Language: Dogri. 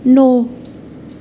नौ